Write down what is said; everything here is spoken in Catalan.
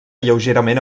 lleugerament